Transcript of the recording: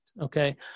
okay